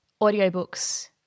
audiobooks